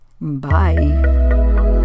Bye